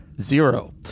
zero